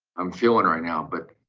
i'm feeling right now but